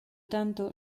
tanto